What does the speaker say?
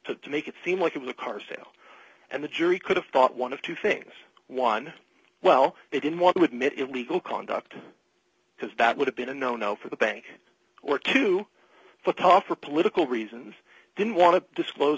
to make it seem like it was a car sale and the jury could have thought one of two things one well they didn't want to admit it legal conduct because that would have been a no no for the bank or to put off for political reasons didn't want to disclose